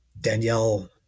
Danielle